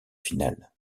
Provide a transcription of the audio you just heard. finale